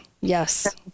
yes